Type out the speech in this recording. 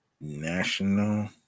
national